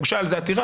הוגשה על זה עתירה,